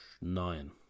Nine